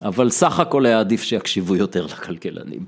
אבל סך הכל היה עדיף שיקשיבו יותר לכלכלנים.